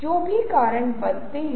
अब यह मूल लेआउट है